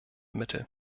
mittel